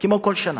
כמו כל שנה,